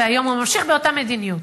והיום הוא ממשיך באותה מדיניות?